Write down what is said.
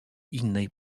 innej